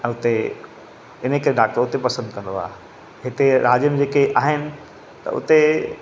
ऐं हुते हिन करे डॉक्टर हुते पसंदि कंदो आहे हिते राज्य में जेके आहिनि त हुते